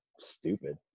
stupid